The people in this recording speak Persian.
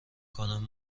کنم